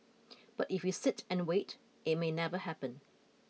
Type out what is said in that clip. but if you sit and wait it may never happen